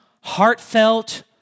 heartfelt